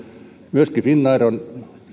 myöskin finnair on